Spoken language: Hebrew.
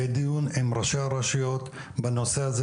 יהיה דיון עם ראשי הרשויות בנושא הזה,